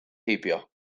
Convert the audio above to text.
heibio